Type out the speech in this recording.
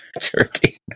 turkey